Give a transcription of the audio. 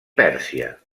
pèrsia